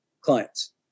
clients